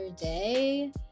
day